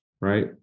right